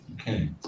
Okay